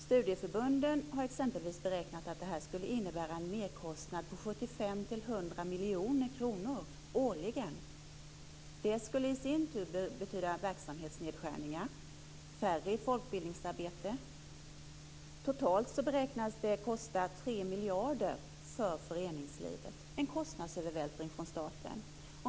Studieförbunden har exempelvis beräknat att det här skulle innebära en merkostnad på 75-100 miljoner kronor årligen. Det skulle i sin tur betyda verksamhetsnedskärningar och färre i folkbildningsarbete. Totalt beräknas det kosta 3 miljarder för föreningslivet, en kostnadsövervältring från staten.